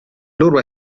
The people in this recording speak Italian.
loro